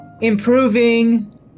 improving